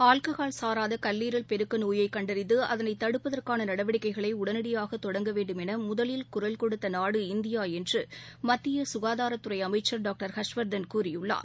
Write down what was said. alcohol சாராத கல்லீரல் பெருக்க நோயைக் கண்டறிந்து அதனைத் தடுப்பதற்கான நடவடிக்கைகளை உடனடியாகத் தொடங்க வேண்டும் என முதலில் குரல் கொடுத்த நாடு இந்தியா என்று மத்திய ககாதாரத்துறை அமைச்சர் டாக்டர் ஹர்ஷ் வர்தன் கூறியுள்ளார்